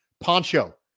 Poncho